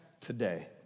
today